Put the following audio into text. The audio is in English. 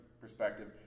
perspective